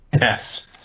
Yes